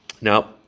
Now